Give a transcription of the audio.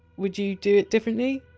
would you do it differently?